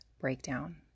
breakdown